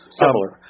similar